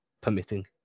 permitting